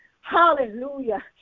hallelujah